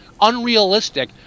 unrealistic